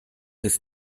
his